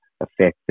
affected